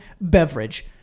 beverage